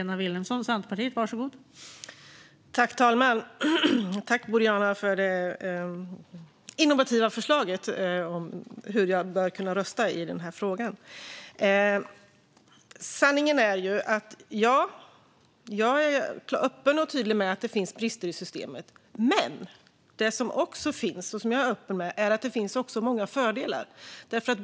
Fru talman! Tack, Boriana, för det innovativa förslaget om hur jag kan rösta i frågan! Sanningen är att jag är öppen och tydlig med att det finns brister i systemet, men det finns också många fördelar, vilket jag är öppen med.